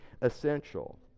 essential